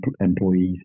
employees